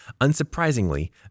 Unsurprisingly